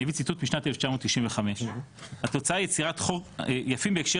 אני אביא ציטוט משנת 1995. יפים בהקשר